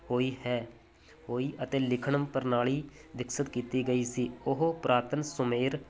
ਹੋਈ ਹੈ ਹੋਈ ਅਤੇ ਲਿਖਣ ਪ੍ਰਣਾਲੀ ਵਿਕਸਿਤ ਕੀਤੀ ਗਈ ਸੀ ਉਹ ਪੁਰਾਤਨ ਸੁਮੇਰ